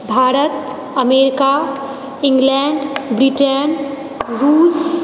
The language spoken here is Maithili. भारत अमेरिका इङ्गलैण्ड ब्रिटेन रूस